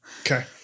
Okay